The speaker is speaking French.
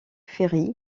ferry